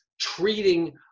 treating